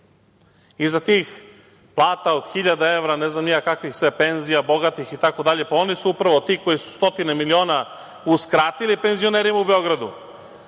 iza tih plata od hiljadu evra, ne znam kakvih sve penzija, bogatih itd, oni su upravo ti koji su stotine miliona uskratili penzionerima u Beogradu.